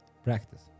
practice